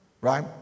right